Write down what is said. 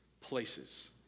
places